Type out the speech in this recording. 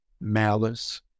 malice